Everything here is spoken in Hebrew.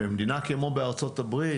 במדינה כמו ארצות הברית,